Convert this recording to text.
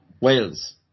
Wales